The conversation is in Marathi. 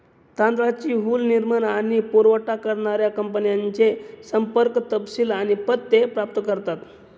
तांदळाची हुल निर्माण आणि पुरावठा करणाऱ्या कंपन्यांचे संपर्क तपशील आणि पत्ते प्राप्त करतात